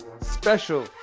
special